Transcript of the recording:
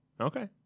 Okay